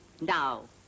Now